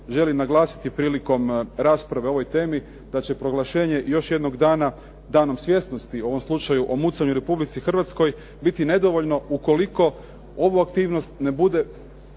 želi naglasiti prilikom rasprave o ovoj temi, da će proglašenjem još jednog dana, danom svjesnosti u ovom slučaju o mucanju u Republici Hrvatskoj biti nedovoljno ukoliko ovu aktivnost ne bude